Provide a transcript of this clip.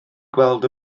gweld